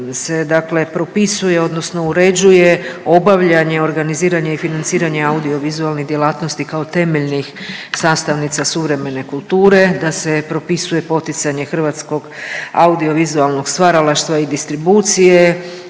se dakle propisuje odnosno uređuje obavljanje, organiziranje i financiranje audio vizualnih djelatnosti kao temeljnih sastavnica suvremene kulture, da se propisuje poticanje hrvatskog audio vizualnog stvaralaštva i distribucije,